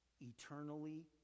eternally